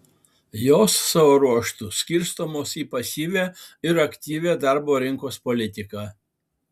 jos savo ruožtu skirstomos į pasyvią ir aktyvią darbo rinkos politiką